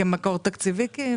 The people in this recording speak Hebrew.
כמקור תקציבי כאילו?